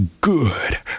good